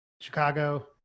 Chicago